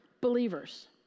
believers